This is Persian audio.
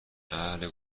اهل